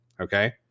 okay